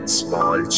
small